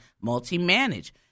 multi-manage